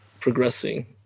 progressing